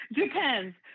Depends